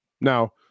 Now